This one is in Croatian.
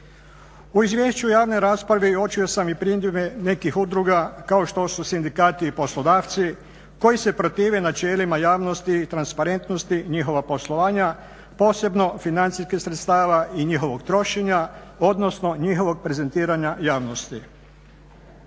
U izvješću u javnoj raspravi uočio sam i … nekih udruga kao što su sindikati i poslodavci koji se protive načelima javnosti i transparentnosti njihova poslovanja, posebno financijskih sredstava i njihovog trošenja, odnosno njihovog prezentiranja javnosti.